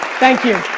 thank you.